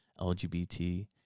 LGBT